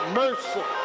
mercy